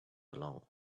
along